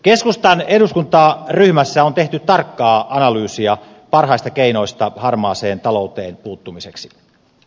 keskustan eduskuntaryhmässä on tehty tarkkaa analyysia parhaista keinoista harmaaseen talouteen puuttumiseksi